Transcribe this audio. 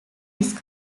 aortic